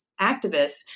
activists